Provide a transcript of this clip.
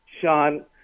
Sean